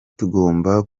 tugomba